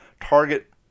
Target